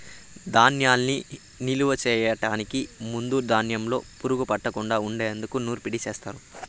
ధాన్యాన్ని నిలువ చేయటానికి ముందు ధాన్యంలో పురుగు పట్టకుండా ఉండేందుకు నూర్పిడిని చేస్తారు